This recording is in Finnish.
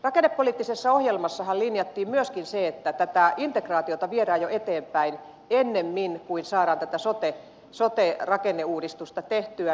rakennepoliittisessa ohjelmassahan linjattiin myöskin se että tätä integraatiota viedään jo eteenpäin ennemmin kuin saadaan tätä sote rakenneuudistusta tehtyä